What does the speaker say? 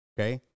Okay